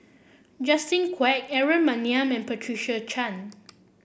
Justin Quek Aaron Maniam and Patricia Chan